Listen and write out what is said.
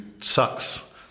sucks